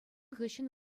хыҫҫӑн